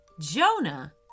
Jonah